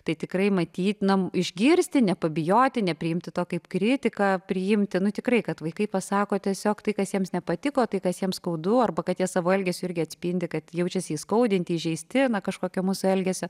tai tikrai matyt na išgirsti nepabijoti nepriimti to kaip kritiką priimti nu tikrai kad vaikai pasako tiesiog tai kas jiems nepatiko tai kas jiems skaudu arba kad jie savo elgesiu irgi atspindi kad jaučiasi įskaudinti įžeisti kažkokio mūsų elgesio